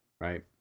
Right